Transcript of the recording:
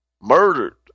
murdered